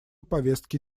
повестки